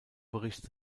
berichts